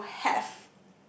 to have